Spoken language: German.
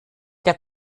der